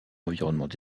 environnements